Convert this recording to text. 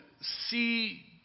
see